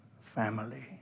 family